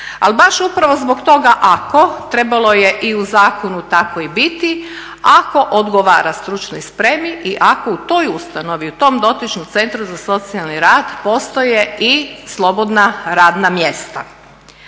Ali baš upravo zbog toga ako trebalo je i u zakonu tako biti ako odgovara stručnoj spremi i ako u toj ustanovi, u tom dotičnom centru za socijalni rad postoje i slobodna radna mjesta.